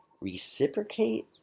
reciprocate